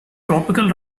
tropical